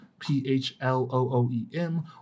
P-H-L-O-O-E-M